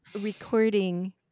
recording